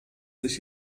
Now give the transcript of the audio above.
sich